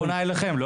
היא פונה אליכם לא?